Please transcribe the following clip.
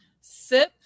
Sip